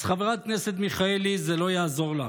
אז חברת הכנסת מיכאלי, זה לא יעזור לך.